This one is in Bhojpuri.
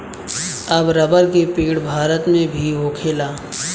अब रबर के पेड़ भारत मे भी होखेला